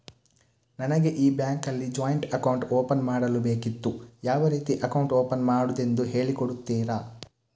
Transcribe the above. ನನಗೆ ಈ ಬ್ಯಾಂಕ್ ಅಲ್ಲಿ ಜಾಯಿಂಟ್ ಅಕೌಂಟ್ ಓಪನ್ ಮಾಡಲು ಬೇಕಿತ್ತು, ಯಾವ ರೀತಿ ಅಕೌಂಟ್ ಓಪನ್ ಮಾಡುದೆಂದು ಹೇಳಿ ಕೊಡುತ್ತೀರಾ?